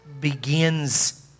begins